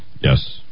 Yes